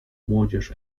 młodzież